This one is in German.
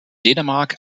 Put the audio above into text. dänemark